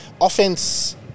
offense